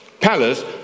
palace